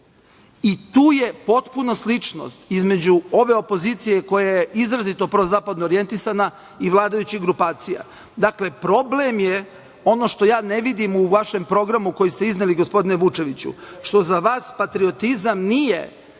i tu je potpuna sličnost između ove opozicije koja je izrazito prozapadno orijentisana i vladajućih grupacija. Dakle, problem je, ono što ja ne vidim u vašem programu koji ste izneli gospodine Vučeviću, što za vas patriotizam nije